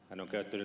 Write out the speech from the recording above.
kivirannalle